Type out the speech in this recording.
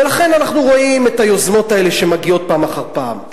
ולכן אנחנו רואים את היוזמות האלה שמגיעות פעם אחר פעם.